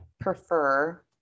prefer